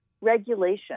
regulation